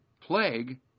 plague